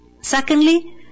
Secondly